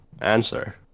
answer